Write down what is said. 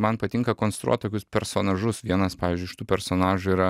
man patinka konstruot tokius personažus vienas pavyzdžiui iš tų personažų yra